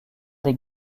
des